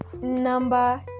number